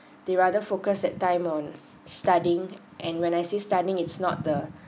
they rather focus that time on studying and when I see studying it's not the